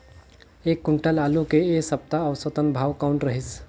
एक क्विंटल आलू के ऐ सप्ता औसतन भाव कौन रहिस?